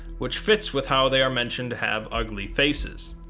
which fits with how they are mentioned to have ugly faces.